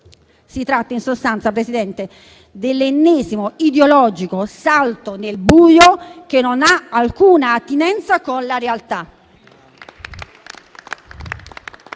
Si tratta, in sostanza, Presidente, dell'ennesimo ideologico salto nel buio, che non ha alcuna attinenza con la realtà.